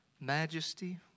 majesty